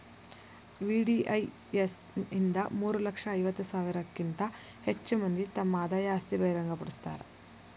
VDIS ಇಂದ ಮೂರ ಲಕ್ಷ ಐವತ್ತ ಸಾವಿರಕ್ಕಿಂತ ಹೆಚ್ ಮಂದಿ ತಮ್ ಆದಾಯ ಆಸ್ತಿ ಬಹಿರಂಗ್ ಪಡ್ಸ್ಯಾರ